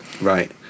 Right